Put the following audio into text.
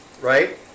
right